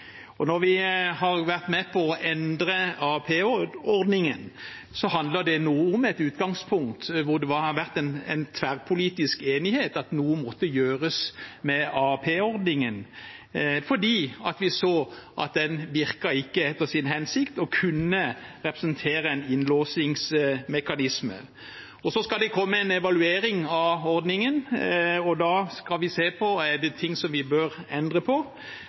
Når vi har vært med på å endre AAP-ordningen, handler det om at det i utgangspunktet har vært en tverrpolitisk enighet om at noe måtte gjøres med den ordningen, for vi så at den ikke virket etter hensikten og kunne representere en innlåsingsmekanisme. Det skal komme en evaluering av ordningen, og da skal vi se om det er noe vi bør endre på.